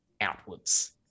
outwards